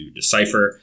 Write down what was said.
Decipher